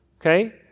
okay